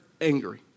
angry